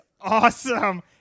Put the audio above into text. awesome